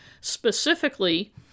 specifically